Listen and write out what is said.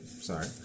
Sorry